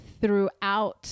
throughout